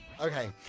Okay